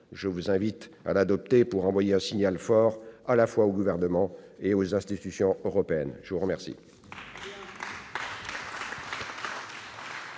Je vous invite donc à l'adopter, afin d'envoyer un signal fort à la fois au Gouvernement et aux institutions européennes. Très bien